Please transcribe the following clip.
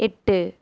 எட்டு